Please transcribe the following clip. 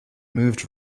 moved